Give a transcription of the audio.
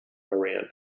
iran